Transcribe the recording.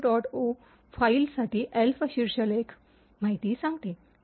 ओ फाइलसाठी एल्फ शीर्षलेख माहिती सांगते